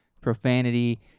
profanity